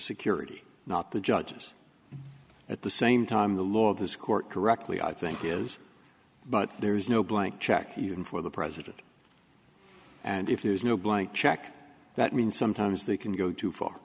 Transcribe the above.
security not the judges at the same time the law this court correctly i think is but there is no blank check even for the president and if there's no blank check that means sometimes they can go too far